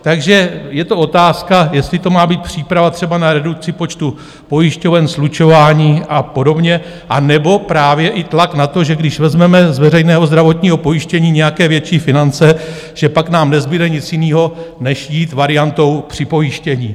Takže je to otázka, jestli to má být příprava třeba na redukci počtu pojišťoven, slučování a podobně, anebo právě i tlak na to, že když vezmeme z veřejného zdravotního pojištění nějaké větší finance, že pak nám nezbude nic jiného než jít variantou připojištění.